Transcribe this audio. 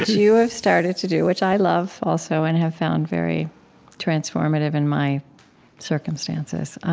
you have started to do, which i love, also, and have found very transformative in my circumstances.